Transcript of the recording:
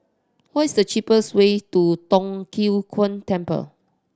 what is the cheapest way to Tong Tien Kung Temple